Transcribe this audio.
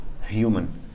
human